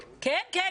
כן, כן.